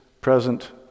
present